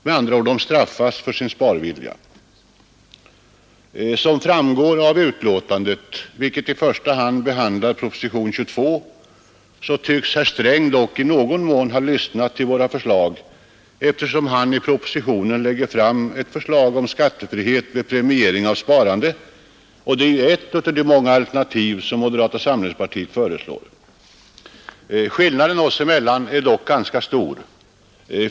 Med andra ord straffas de för sin sparvilja. Som framgår av betänkandet, vilket i första hand behandlar propositionen 22, tycks herr Sträng dock i någon mån ha lyssnat till oss, eftersom han i propositionen lägger fram ett förslag om skattefrihet vid premiering av sparande, och det är ett av de många alternativ som moderata samlingspartiet föreslår. Skillnaden oss emellan är dock ganska stor.